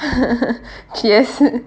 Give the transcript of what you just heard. yes